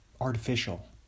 Artificial